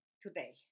today